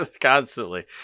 constantly